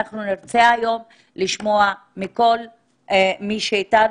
אנחנו נרצה היום לשמוע מכל מי שאיתנו,